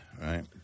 right